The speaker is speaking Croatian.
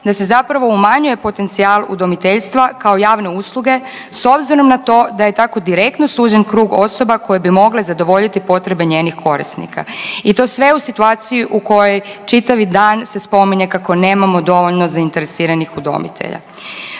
da se zapravo umanjuje potencijal udomiteljstva kao javne usluge s obzirom na to da je tako direktno sužen krug osoba koje bi mogle zadovoljiti potrebe njenih korisnika i to sve u situaciji u kojoj čitavi dan se spominje kako nemamo dovoljno zainteresiranih udomitelja.